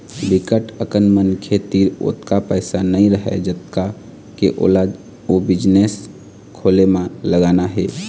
बिकट अकन मनखे तीर ओतका पइसा नइ रहय जतका के ओला ओ बिजनेस खोले म लगाना हे